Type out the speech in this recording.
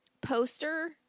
poster